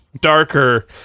darker